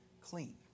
clean